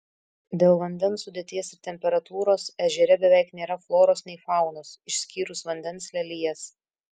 dėl vandens sudėties ir temperatūros ežere beveik nėra floros nei faunos išskyrus vandens lelijas